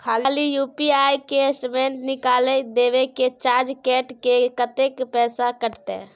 खाली यु.पी.आई के स्टेटमेंट निकाइल देबे की चार्ज कैट के, कत्ते पैसा कटते?